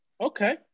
Okay